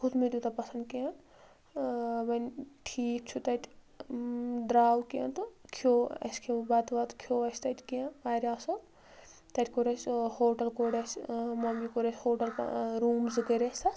سُہ کھوٚت نہٕ مےٚ تیوٗتاہ پسنٛد کینٛہہ وۄنۍ ٹھیٖک چھُ تتہِ درٛاو کینٛہہ تہٕ کھٮ۪و اسہِ کھٮ۪و بتہٕ وتہٕ کھٮ۪و اسہِ تتہِ کینٛہہ واریاہ اصل تتہِ کوٚر اسہِ ہوٹل کوٚر اسہِ ممبیہِ کوٚر اسہِ ہوٹل روٗم زٕ کٔر اسہِ تتھ